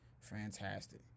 Fantastic